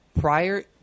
prior